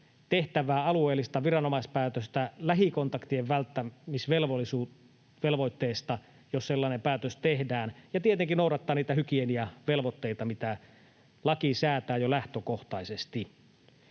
tehtävää alueellista viranomaispäätöstä lähikontaktien välttämisvelvoitteesta, jos sellainen päätös tehdään, ja tietenkin noudattaa niitä hygieniavelvoitteita, mitä laki säätää jo lähtökohtaisesti.